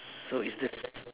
so it's the s~